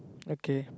okay